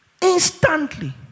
instantly